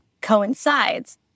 coincides